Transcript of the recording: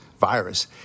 virus